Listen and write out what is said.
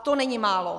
To není málo.